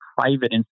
private